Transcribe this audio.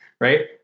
right